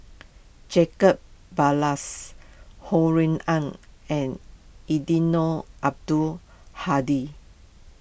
Jacob Ballas Ho Rui An and Eddino Abdul Hadi